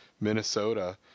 Minnesota